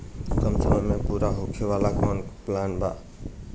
कम समय में पूरा होखे वाला कवन प्लान बा?